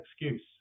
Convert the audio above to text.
excuse